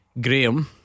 Graham